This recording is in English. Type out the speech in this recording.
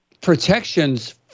protections